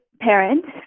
parents